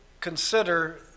consider